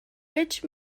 rich